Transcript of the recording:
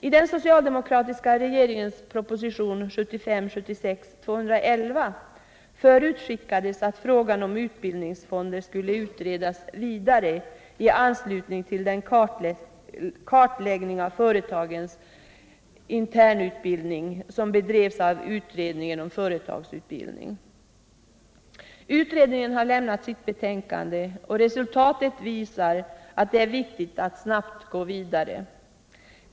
I den socialdemokratiska regeringens proposition 1975/76:211 förutskickades att frågan om utbildningsfonder skulle utredas vidare i anstutning till den kartläggning om företagens internutbildning som bedrivits av utredningen om företagsutbildning. Utredningen har lämnat sitt betänkande, och resultatet visar att det är viktigt att snabbt gå vidare.